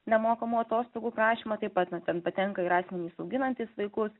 nemokamų atostogų prašymą taip pat ten patenka ir asmenys auginantys vaikus